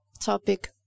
topic